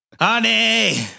Honey